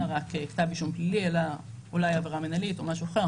רק אישום פלילי אלא אולי עבירה מינהלית או משהו אחר.